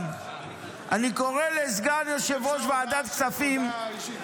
אני קורא לסגן יושב-ראש ועדת הכספים --- תרשום הודעה אישית,